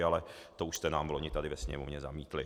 Ale to už jste nám vloni tady ve Sněmovně zamítli.